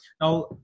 Now